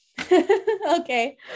Okay